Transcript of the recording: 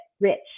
rich